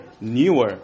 newer